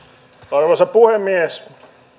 arvoisa puhemies